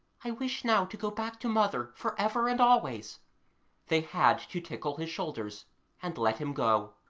i wish now to go back to mother for ever and always they had to tickle his shoulders and let him go.